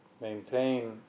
maintain